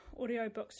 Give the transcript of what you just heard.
audiobooks